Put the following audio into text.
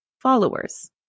followers